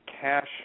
cash